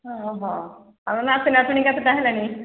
ହଁ ହଁ ଆଉ ନାତି ନତୁଣୀ କେତୋଟି ହେଲେଣିି